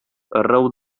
arreu